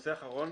הנושא האחרון,